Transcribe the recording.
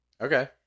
Okay